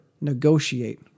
negotiate